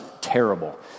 terrible